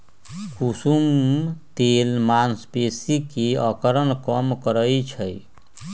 कुसुम तेल मांसपेशी के अकड़न कम करई छई